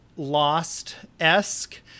lost-esque